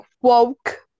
woke